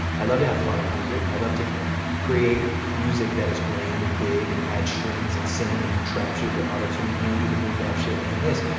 i love to have fun with music. i love to create music that is grand and big, an ad strings, and sing, and do trap shit with auto tune, and do the boom bap shit and this.